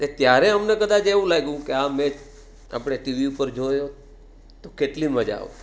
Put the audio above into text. તે ત્યારે અમને કદાચ એવું લાગ્યું કે આ મેચ આપણે ટીવી ઉપર જોયો તો કેટલી મજા આવત